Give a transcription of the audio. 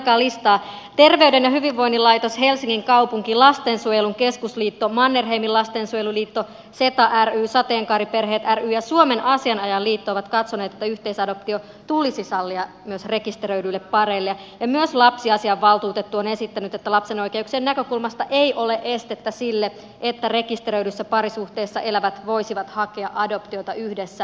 terveyden ja hyvinvoinnin laitos helsingin kaupunki lastensuojelun keskusliitto mannerheimin lastensuojeluliitto seta ry sateenkaariperheet ry ja suomen asianajajaliitto ovat katsoneet että yhteisadoptio tulisi sallia myös rekisteröidyille pareille ja myös lapsiasiavaltuutettu on esittänyt että lapsen oikeuksien näkökulmasta ei ole estettä sille että rekisteröidyssä parisuhteessa elävät voisivat hakea adoptiota yhdessä